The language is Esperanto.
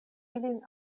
ilin